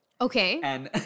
Okay